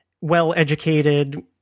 well-educated